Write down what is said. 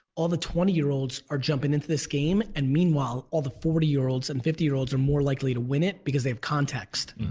all the twenty year olds are jumping into this game, and meanwhile all the forty year olds and fifty year olds are more likely to win it, because they have context.